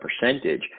percentage